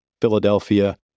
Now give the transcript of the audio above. Philadelphia